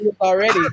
Already